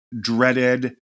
dreaded